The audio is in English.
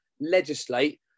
legislate